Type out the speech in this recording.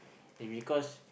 if because